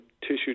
tissue